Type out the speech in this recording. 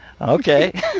Okay